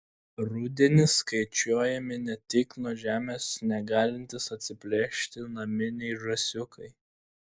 rudenį skaičiuojami ne tik nuo žemės negalintys atsiplėšti naminiai žąsiukai